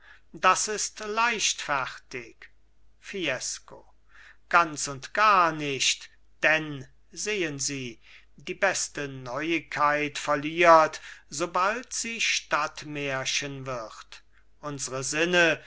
das ist leichtfertig fiesco ganz und gar nicht denn sehen sie die beste neuigkeit verliert sobald sie stadtmärchen wird unsre sinne